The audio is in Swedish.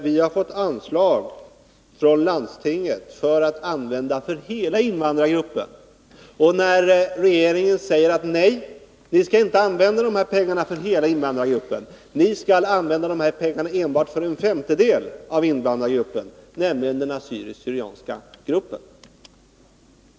Vi har fått anslag av landstinget för hela invandrargruppen, men nu säger regeringen: Nej, ni skall inte använda de pengarna för hela invandrargruppen utan enbart för en femtedel av den, nämligen den assyriska/syrianska gruppen.